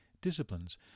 disciplines